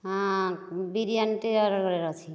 ହଁ ବିରିୟାନୀ ଟିଏ ଅର୍ଡ଼ର କରିବାର ଅଛି